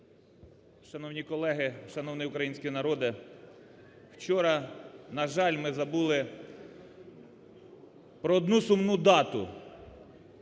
Шановні колеги, шановний український народе, вчора, на жаль, ми забули про одну сумну дату,